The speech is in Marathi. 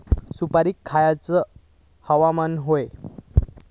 सुपरिक खयचा हवामान होया?